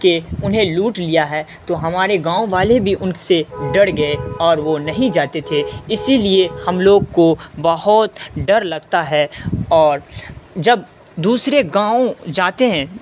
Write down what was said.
کہ انہیں لوٹ لیا ہے تو ہمارے گاؤں والے بھی ان سے ڈر گئے اور وہ نہیں جاتے تھے اسی لیے ہم لوگ کو بہت ڈر لگتا ہے اور جب دوسرے گاؤں جاتے ہیں